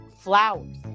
flowers